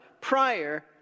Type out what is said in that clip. prior